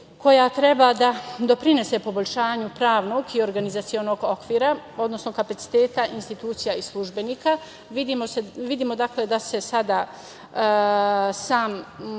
koja treba da doprinese poboljšanju pravnog i organizacionog okvira, odnosno kapaciteta i službenika. Vidimo, dakle, da se sada samo